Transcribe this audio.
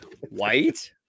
white